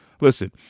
listen